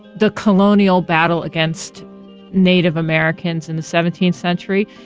the colonial battle against native americans in the seventeenth century.